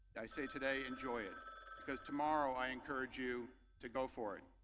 i say today enjoy it because tomorrow i encourage you to go for it.